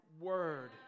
word